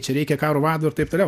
čia reikia karo vado ir taip toliau